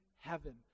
heaven